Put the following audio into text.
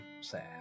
sad